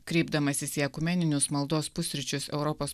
kreipdamasis į ekumeninius maldos pusryčius europos